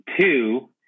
two